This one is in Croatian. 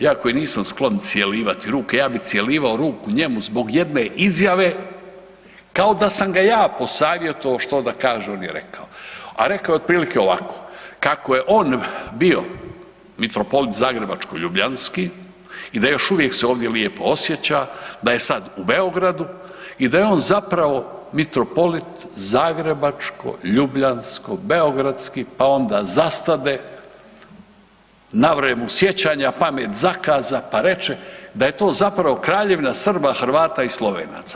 Ja koji nisam sklon cjelivati ruke ja bi cjelivao ruku njemu zbog jedne izjave kao da sam ga ja posavjetovao što da kaže on je rekao, a rekao je otprilike ovako kako je on bio mitropolit Zagrebačko-ljubljanski i da još uvijek se ovdje lijepo osjeća, da je sad u Beogradu i da je on zapravo mitropolit Zagrebačko-ljubljansko-beogradski pa onda zastade, navre mu sjećanja, pamet zakaza pa reče da je to Kraljevina Srba, Hrvata i Slovenaca.